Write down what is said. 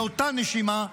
באותה נשימה,